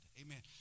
Amen